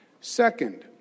Second